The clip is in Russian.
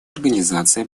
организации